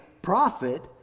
prophet